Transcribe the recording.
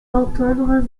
entendre